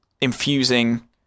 infusing